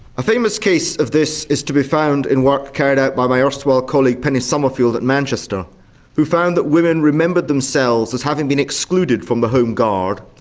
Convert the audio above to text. a famous case of this is to be found in work carried out by my erstwhile colleague penny summerfield at manchester who found that women remembered themselves as having been excluded from the home guard,